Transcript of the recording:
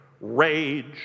rage